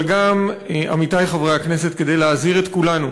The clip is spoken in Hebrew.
אבל גם, עמיתי חברי הכנסת, להזהיר את כולנו